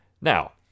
Now